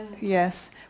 Yes